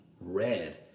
red